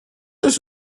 ist